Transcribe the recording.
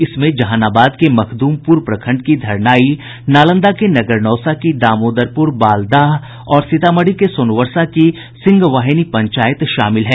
इसमें जहानाबाद के मखदुमपुर प्रखंड की धरनाई नालंदा के नगर नौसा की दामोदरपुर बालधाह और सीतामढ़ी के सोनवर्षा की सिंघवाहिनी पंचायत शामिल हैं